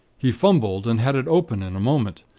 he fumbled, and had it open in a moment.